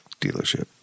dealership